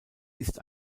ist